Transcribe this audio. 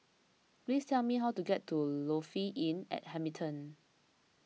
please tell me how to get to Lofi Inn at Hamilton